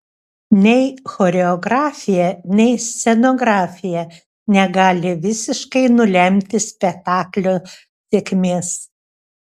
nei choreografija nei scenografija negali visiškai nulemti spektaklio sėkmės